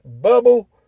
bubble